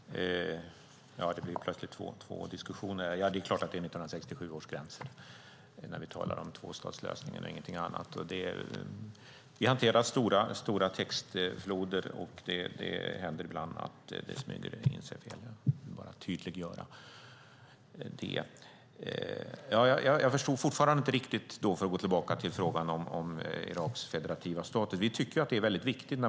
Herr talman! Det blir plötsligt två diskussioner här. Ja, det är klart att det är 1967 års gränser, och ingenting annat, när vi talar om tvåstatslösningen. Vi hanterar stora textfloder, och det händer ibland att det smyger in sig fel. Jag vill bara tydliggöra det. För att gå tillbaka till frågan om Iraks federativa status förstår jag fortfarande inte riktigt.